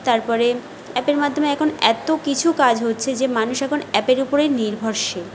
তারপরে অ্যাপের মাধ্যমে এখন এত কিছু কাজ হচ্ছে যে মানুষ এখন অ্যাপের উপরেই নির্ভরশীল